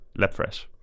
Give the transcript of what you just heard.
Labfresh